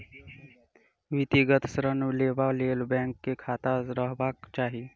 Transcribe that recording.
व्यक्तिगत ऋण लेबा लेल बैंक मे खाता रहबाक चाही